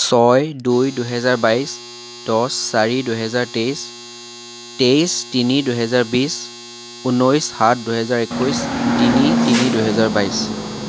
ছয় দুই দুহেজাৰ বাইছ দহ চাৰি দুহেজাৰ তেইছ তেইছ তিনি দুহেজাৰ বিশ ঊনৈছ সাত দুহেজাৰ একৈছ তিনি তিনি দুহেজাৰ বাইছ